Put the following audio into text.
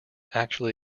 actually